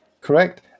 Correct